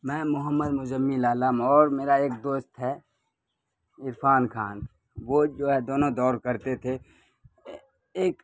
میں محمد مجمل عالم اور میرا ایک دوست ہے عرفان خان وہ جو ہے دونوں دوڑ کرتے تھے ایک